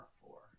four